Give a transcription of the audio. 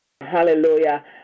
Hallelujah